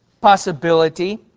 possibility